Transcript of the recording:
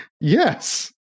Yes